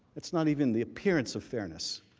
it's not even the appearance of fairness.